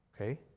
okay